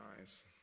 eyes